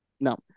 No